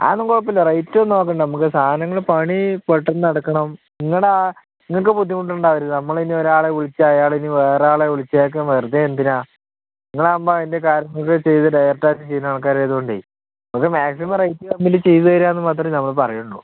അത് ഒന്നും കുഴപ്പമില്ല റേറ്റൊന്നും നോക്കണ്ട നമ്മൾക്ക് സാനങ്ങൾ പണി പെട്ടന്ന് നടക്കണം നിങ്ങളുടെ നിങ്ങൾക്ക് ബുദ്ധിമുട്ടുണ്ടാകരുത് നമ്മളിനി ഒരാളെ വിളിച്ചാൽ അയാളിനി വേറൊരാളെ വിളിച്ചൊക്കെ വേറുതെ എന്തിനാ നിങ്ങളാമ്പോൾ അതിന്റെ കാര്യം നോക്കി ചെയ്ത് ഡയറക്ട് ആയിട്ട് ചെയ്യുന്ന ആൾക്കാരായതുകൊണ്ട് നമുക്ക് മാക്സിമം റേറ്റ് കമ്മിയിൽ ചെയ്ത് തെരുവാണെന്ന് മാത്രമേ നമ്മൾ പറയുള്ളു